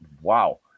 wow